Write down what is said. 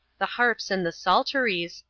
the harps and the psalteries,